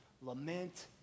lament